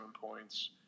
points